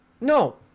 No